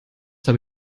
habe